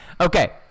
Okay